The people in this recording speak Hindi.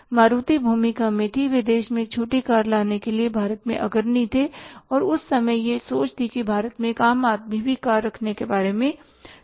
मारुति भूमिका में थी वे देश में एक छोटी कार लाने के लिए भारत में अग्रणी थे और उस समय यह सोच थी कि भारत में एक आम आदमी भी कार रखने के बारे में सोच सकता है